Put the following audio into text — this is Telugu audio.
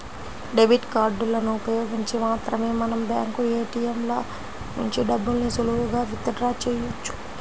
డెబిట్ కార్డులను ఉపయోగించి మాత్రమే మనం బ్యాంకు ఏ.టీ.యం ల నుంచి డబ్బుల్ని సులువుగా విత్ డ్రా చెయ్యొచ్చు